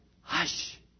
hush